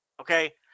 okay